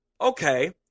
okay